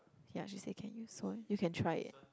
ya she say can use so you can try it